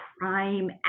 crime